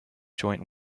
joint